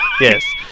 Yes